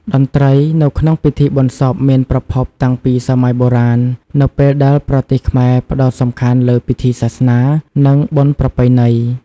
តន្ត្រីនៅក្នុងពិធីបុណ្យសពមានប្រភពតាំងពីសម័យបុរាណ នៅពេលដែលប្រទេសខ្មែរផ្ដោតសំខាន់លើពិធីសាសនា និងបុណ្យប្រពៃណី។